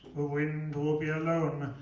wind and and will be alone.